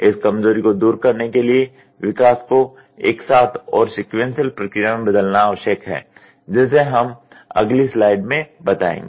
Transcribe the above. इस कमजोरी को दूर करने के लिए विकास को एक साथ और सिक़्वेन्सिअल प्रक्रिया में बदलना आवश्यक है जिसे हम अगली स्लाइड में बताएंगे